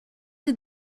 did